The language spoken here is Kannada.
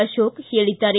ಅಶೋಕ್ ಹೇಳಿದ್ದಾರೆ